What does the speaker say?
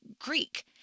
Greek